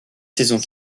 saisons